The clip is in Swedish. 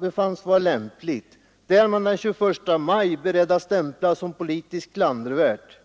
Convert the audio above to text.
befanns vara lämpligt är man den 21 maj beredd att stämpla som politiskt klandervärt.